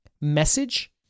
message